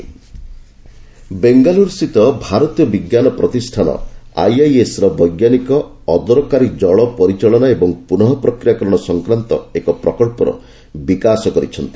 IISc ବେଙ୍ଗାଲୁରସ୍ଥିତ ଭାରତୀୟ ବିଜ୍ଞାନ ପ୍ରତିଷ୍ଠାନ ଆଇଆଇଏସ୍ର ବୈଜ୍ଞାନିକ ଅଦରକାରୀ କଳ ପରିଚାଳନା ଏବଂ ପୁନଃ ପ୍ରକ୍ରିୟାକରଣ ସଂକ୍ରାନ୍ତ ଏକ ପ୍ରକଳ୍ପର ବିକାଶ କରିଛନ୍ତି